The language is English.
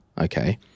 okay